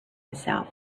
itself